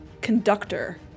conductor